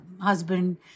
husband